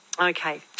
Okay